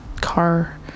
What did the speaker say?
car